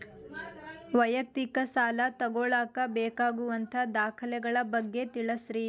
ವೈಯಕ್ತಿಕ ಸಾಲ ತಗೋಳಾಕ ಬೇಕಾಗುವಂಥ ದಾಖಲೆಗಳ ಬಗ್ಗೆ ತಿಳಸ್ರಿ